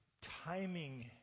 timing